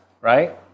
right